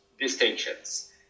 distinctions